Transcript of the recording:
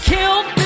Killed